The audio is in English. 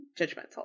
judgmental